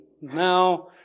Now